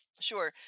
sure